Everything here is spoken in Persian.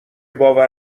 باور